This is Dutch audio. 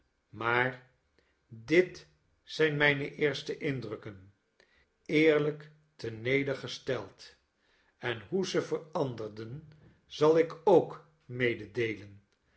maar dit zijn mijne eerste indrukken eerlijk ternedergesteld en hoe ze veranderden zal ik ook